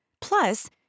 Plus